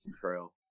Trail